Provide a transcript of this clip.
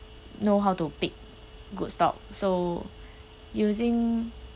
know how to pick good stock so using